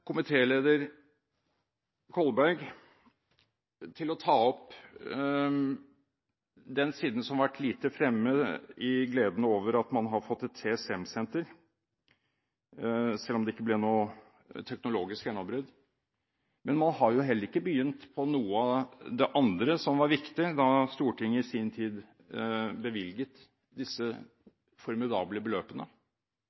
komitéleder Kolberg til å ta opp den siden som har vært lite fremme i gleden over at man har fått et TCM-senter, selv om det ikke ble noe teknologisk gjennombrudd. Man har heller ikke begynt på noe av det andre som var viktig da Stortinget i sin tid bevilget disse